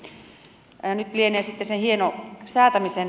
nyt lienee sitten sen hienosäätämisen aika